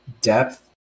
depth